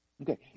Okay